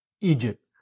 Egypt